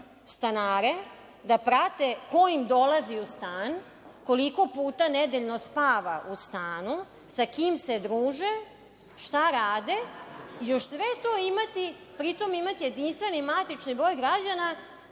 stanare, da prate ko im dolazi u stan, koliko puta nedeljno spava u stanu, sa kim se druže, šta rade, još sve to imati jedinstveni matični broj građana